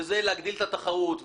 והוא להגדיל את התחרות.